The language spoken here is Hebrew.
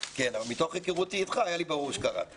מתוך היכרותי אתך, היה לי ברור שקראת אותו.